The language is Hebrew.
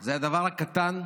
זה הדבר הקטן,